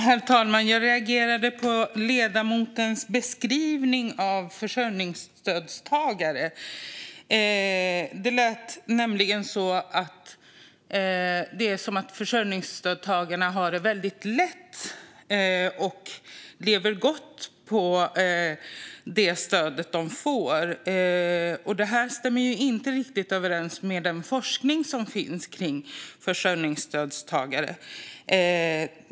Herr talman! Jag reagerade på ledamotens beskrivning av försörjningsstödstagare. Det lät nämligen som om försörjningsstödstagarna har det väldigt lätt och lever gott på det stöd de får. Detta stämmer inte riktigt överens med den forskning som finns när det gäller försörjningsstödstagare.